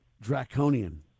draconian